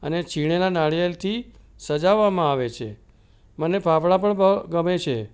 અને છીણેલાં નારિયેળથી સજાવવામાં આવે છે મને ફાફડા પણ બ ગમે છે